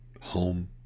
home